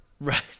Right